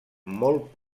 molt